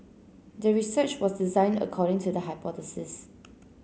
the research was designed according to the hypothesis